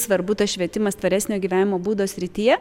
svarbu tas švietimas tvaresnio gyvenimo būdo srityje